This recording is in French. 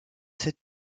cette